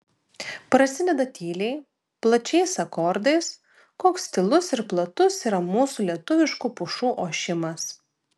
prasideda tyliai plačiais akordais koks tylus ir platus yra mūsų lietuviškų pušų ošimas